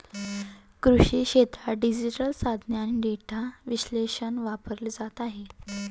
कृषी क्षेत्रात डिजिटल साधने आणि डेटा विश्लेषण वापरले जात आहे